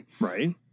Right